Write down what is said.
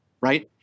right